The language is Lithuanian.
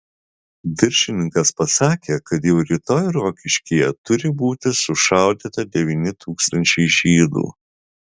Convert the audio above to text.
viršininkas pasakė kad jau rytoj rokiškyje turi būti sušaudyta devyni tūkstančiai žydų